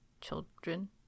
children